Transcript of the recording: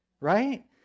right